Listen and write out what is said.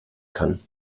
kann